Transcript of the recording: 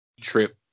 trip